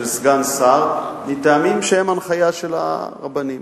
סגן שר מטעמים שהם הנחיה של הרבנים.